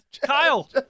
Kyle